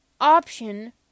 option